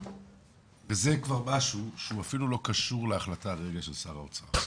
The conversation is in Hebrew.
וזה כבר משהו שהוא אפילו לא קשור להחלטה של שר האוצר.